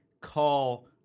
Call